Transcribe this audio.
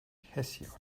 hesiod